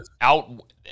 out